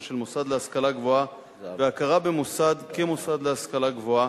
של מוסד להשכלה גבוהה והכרה במוסד כמוסד להשכלה גבוהה,